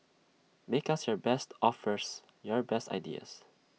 make us your best offers your best ideas